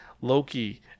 Loki